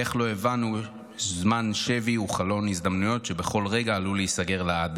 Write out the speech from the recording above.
ואיך לא הבנו שזמן בשבי הוא חלון הזדמנויות שבכל רגע עלול להיסגר לעד.